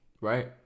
Right